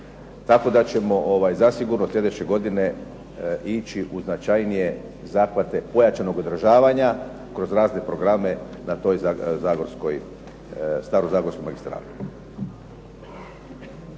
tako da ćemo zasigurno slijedeće godine ići u značajnije zahvate pojačanog održavanja kroz razne programe na toj zagorskoj, staroj zagorskoj magistrali.